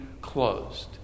closed